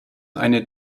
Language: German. eine